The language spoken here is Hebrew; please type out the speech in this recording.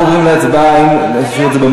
אנחנו עוברים להצבעה אם לעשות את זה,